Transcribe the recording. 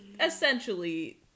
essentially